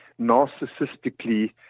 narcissistically